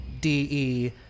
D-E